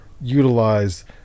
utilize